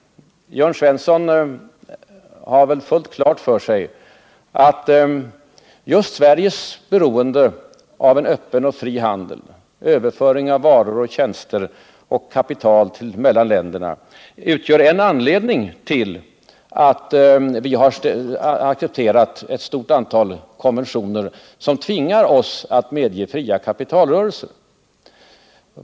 Jörn Svensson har väl fullt klart för sig att just Sveriges beroende av en öppen och fri handel, av överföring av varor, tjänster och kapital mellan länderna, är en anledning till att vi har accepterat ett stort antal konventioner som tvingar oss att medge fria kapitalrörelser.